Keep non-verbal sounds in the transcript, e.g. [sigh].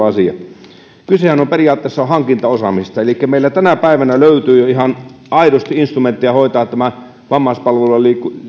[unintelligible] asia kysehän on on periaatteessa hankintaosaamisesta meillä tänä päivänä löytyy jo ihan aidosti instrumentteja hoitaa tämä vammaispalveluja